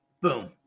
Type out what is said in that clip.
Boom